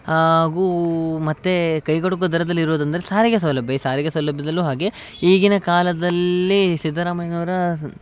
ಹಾಗೂ ಮತ್ತು ಕೈಗೆಟುಕುವ ದರದಲ್ಲಿ ಇರೋದಂದ್ರೆ ಸಾರಿಗೆ ಸೌಲಭ್ಯ ಈ ಸಾರಿಗೆ ಸೌಲಭ್ಯದಲ್ಲೂ ಹಾಗೆ ಈಗಿನ ಕಾಲದಲ್ಲಿ ಸಿದ್ಧರಾಮಯ್ಯನವ್ರ